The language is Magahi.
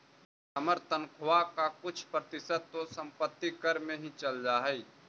हमर तनख्वा का कुछ प्रतिशत तो संपत्ति कर में ही चल जा हई